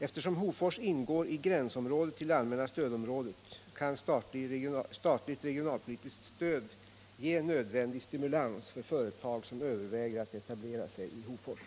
Eftersom Hofors ingår i gränsområdet till det allmänna stödområdet, kan statligt regionalpolitiskt stöd ge nödvändig stimulans för företag som överväger att etablera sig i Hofors.